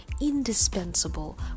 indispensable